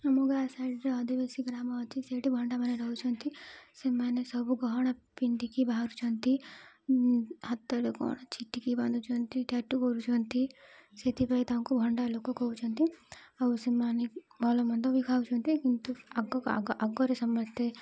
ଆମ ଗାଁ ସାଇଡ଼ରେ ଆଦିବାସୀ ଗ୍ରାମ ଅଛି ସେଇଠି ଭଣ୍ଡାମାନେ ରହୁଛନ୍ତି ସେମାନେ ସବୁ ଗହଣା ପିନ୍ଧିକି ବାହାରୁଛନ୍ତି ହାତରେ କ'ଣ ଛିଟିକି ବାନ୍ଧୁଛନ୍ତି ଚାଟୁ କରୁଛନ୍ତି ସେଥିପାଇଁ ତାଙ୍କୁ ଭଣ୍ଡା ଲୋକ କହୁଛନ୍ତି ଆଉ ସେମାନେ ଭଲମନ୍ଦ ବି ଖାଉଛନ୍ତି କିନ୍ତୁ ଆଗ ଆଗରେ ସମସ୍ତେ